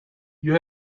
you